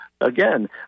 Again